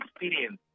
experience